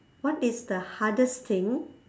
what is the hardest thing